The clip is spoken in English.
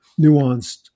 nuanced